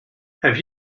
have